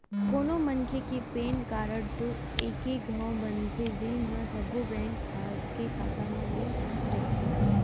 कोनो मनखे के पेन कारड तो एके घांव बनथे जेन ह सब्बो बेंक के खाता म लिंक रहिथे